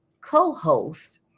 co-host